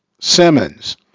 Simmons